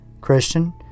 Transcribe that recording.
Christian